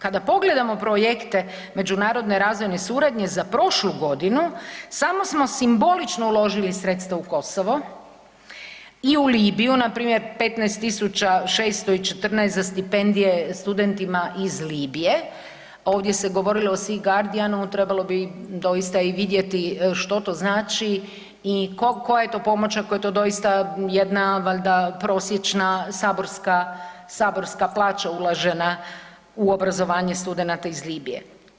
Kada pogledamo projekte međunarodne razvojne suradnje za prošlu godinu, samo smo simbolično uložili sredstva u Kosovo i u Libiju npr. 15.614 za stipendije studentima iz Libije, ovdje se govorilo o SEE GURARDIANU trebalo bi doista i vidjeti što to znači i koja je to pomoć ako je to doista jedna valjda prosječna saborska plaća uložena u obrazovanje studenata iz Libije.